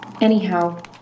Anyhow